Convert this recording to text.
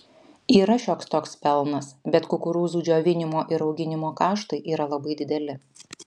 yra šioks toks pelnas bet kukurūzų džiovinimo ir auginimo kaštai yra labai dideli